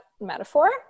metaphor